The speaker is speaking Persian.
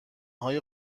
های